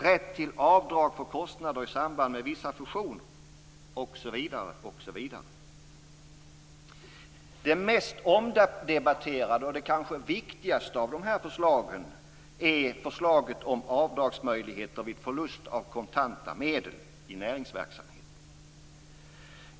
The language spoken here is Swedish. Rätt till avdrag för kostnader i samband med vissa funktioner, osv. Det mest omdebatterade och kanske viktigaste av förslagen är förslaget om avdragsmöjligheter vid förlust av kontanta medel i näringsverksamhet.